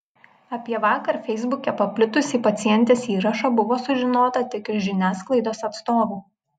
apie vakar feisbuke paplitusį pacientės įrašą buvo sužinota tik iš žiniasklaidos atstovų